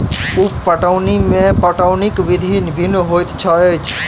उप पटौनी मे पटौनीक विधि भिन्न होइत अछि